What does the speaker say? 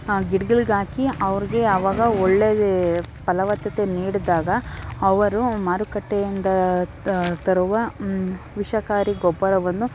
ಆ ಗಿಡ್ಗಳ್ಗೆ ಹಾಕಿ ಅವ್ರಿಗೆ ಅವಾಗ ಒಳ್ಳೆಯದೇ ಫಲವತ್ತತೆ ನೀಡಿದಾಗ ಅವರು ಮಾರುಕಟ್ಟೆಯಿಂದ ತರುವ ವಿಷಕಾರಿ ಗೊಬ್ಬರವನ್ನು